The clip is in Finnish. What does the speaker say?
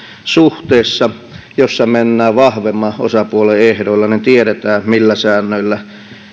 suhteessa jossa mennään vahvemman osapuolen ehdoilla tiedetään millä säännöillä